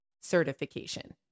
certification